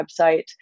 website